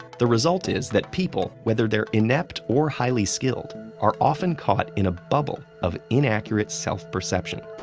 the result is that people, whether they're inept or highly skilled, are often caught in a bubble of inaccurate self-perception.